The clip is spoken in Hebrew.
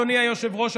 אדוני היושב-ראש,